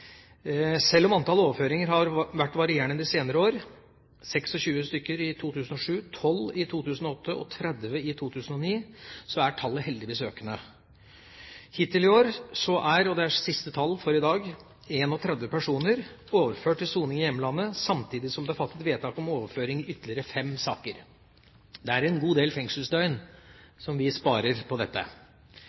om antall overføringer har vært varierende de senere år – 26 stykker i 2007, 12 i 2008 og 30 i 2009 – er tallet heldigvis økende. Hittil i år – og det er siste tall fra i dag – er 31 personer overført til soning i hjemlandet, samtidig som det er fattet vedtak om overføring i ytterligere fem saker. Det er en god del fengselsdøgn som vi sparer på dette.